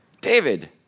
David